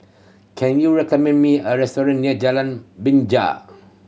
can you recommend me a restaurant near Jalan Binja